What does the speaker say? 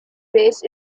raised